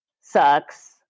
sucks